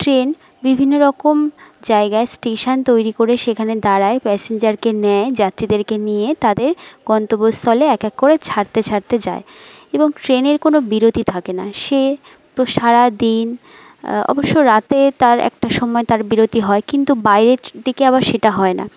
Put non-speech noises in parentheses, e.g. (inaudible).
train বিভিন্ন রকম জায়গায় স্টেশন তৈরি করে সেখানে দাঁড়ায় প্যাসেঞ্জারকে নেয় যাত্রীদেরকে নিয়ে তাদের গন্তব্যস্থলে এক এক করে ছাড়তে ছাড়তে যায় এবং ট্রেনের কোনো বিরতি থাকে না সে (unintelligible) সারা দিন অবশ্য রাতে তার একটা সময়ে তার বিরতি হয় কিন্তু বাইরের দিকে আবার সেটা হয় না